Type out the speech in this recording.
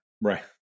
right